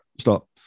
stop